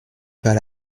pas